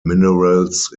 minerals